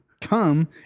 come